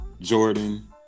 Jordan